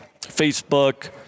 facebook